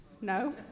No